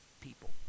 people